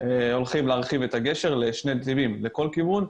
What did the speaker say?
הולכים להרחיב את הגשר לשני נתיבים לכל כיוון,